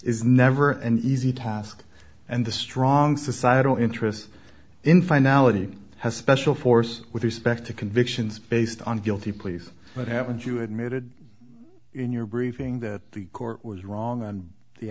is never an easy task and the strong societal interest in finality has special force with respect to convictions based on guilty pleas but haven't you admitted in your briefing that the court was wrong on the